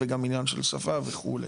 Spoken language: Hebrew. וגם עניין של שפה וכו'.